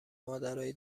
مادرای